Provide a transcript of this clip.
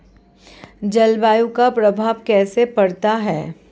जलवायु का प्रभाव कैसे पड़ता है?